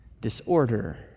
disorder